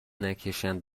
نکشن